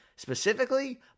Specifically